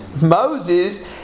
Moses